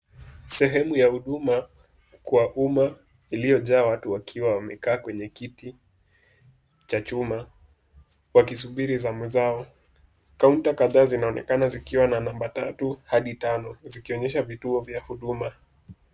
Sehemu ya huduma kwa umma, iliyojaa watu, wakiwa wamekaa kwenye kiti cha chuma, wakisubiri zamu zao. Counter kadhaa zinaonekana zikiwa na namba tatu hadi tano, zikionyesha vituo vya huduma.